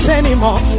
anymore